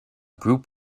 group